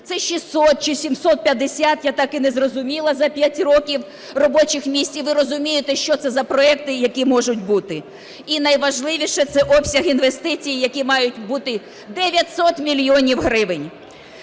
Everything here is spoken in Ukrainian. Це 600 чи 750, я так і не зрозуміла за 5 років, робочих місць. І ви розумієте, що це за проекти, які можуть бути. І найважливіше – це обсяг інвестицій, які мають бути 900 мільйонів гривень.